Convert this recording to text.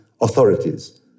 authorities